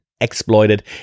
exploited